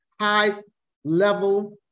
high-level